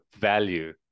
value